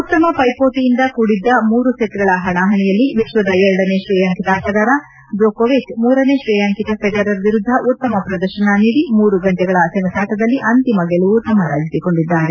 ಉತ್ತಮ ಪೈಪೋಟಿಯಿಂದ ಕೂಡಿದ್ದ ಮೂರು ಸೆಚ್ಗಳ ಹಣಾಹಣಿಯಲ್ಲಿ ವಿಕ್ವದ ಎರಡನೇ ತ್ರೇಯಾಂಕಿತ ಆಟಗಾರ ಜೊಕೊವಿಚ್ ಮೂರನೇ ಶ್ರೇಯಾಂಕಿತ ಫೆಡರರ್ ವಿರುದ್ದ ಉತ್ತಮ ಪ್ರದರ್ಶನ ನೀಡಿ ಮೂರು ಗಂಟೆಗಳ ಸೆಣಸಾಟದಲ್ಲಿ ಅಂತಿಮ ಗೆಲುವು ತಮ್ಮದಾಗಿಸಿಕೊಂಡರು